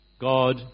God